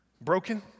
Broken